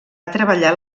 treballar